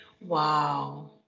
Wow